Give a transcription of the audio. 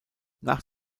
nach